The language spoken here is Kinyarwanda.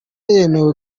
yemewe